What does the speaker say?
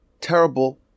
terrible